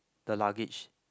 the luggage